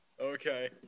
Okay